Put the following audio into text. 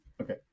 Okay